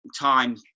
time